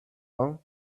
one